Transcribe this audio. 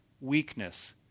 weakness